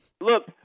Look